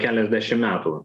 keliasdešim metų